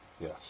Yes